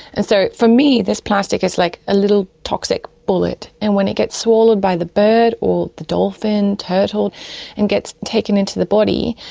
and so for me this plastic is like a little toxic bullet and when it gets swallowed by the bird or the dolphin or turtle and gets taken into the body,